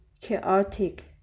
chaotic